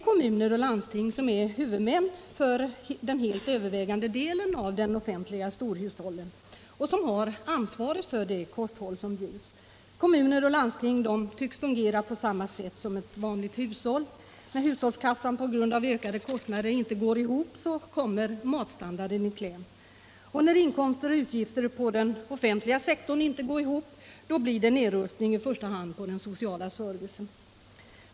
Kommuner och landsting är huvudmän för den helt övervägande delen av de offentliga storhushållen och har ansvaret för det kosthåll som förekommer. Kommuner och landsting tycks här fungera på samma sätt som ett vanligt hushåll: när hushållskassan på grund av ökade kostnader inte räcker till, kommer matstandarden i kläm — när inkomster och utgifter på den offentliga sektorn inte går ihop, sker i första hand en nedrustning av den sociala servicen.